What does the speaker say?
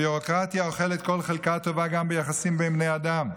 הביורוקרטיה אוכלת כל חלקה טובה גם ביחסים בין בני אדם,